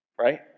right